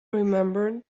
remembered